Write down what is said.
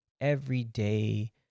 everyday